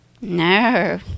No